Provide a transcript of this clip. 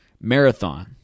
Marathon